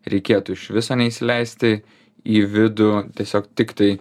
reikėtų iš viso neįsileisti į vidų tiesiog tiktai